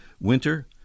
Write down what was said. winter